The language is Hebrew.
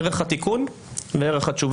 ערך התיקון וערך התשובה.